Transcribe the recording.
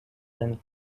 than